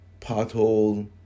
pothole